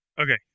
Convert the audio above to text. Okay